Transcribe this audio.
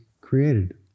created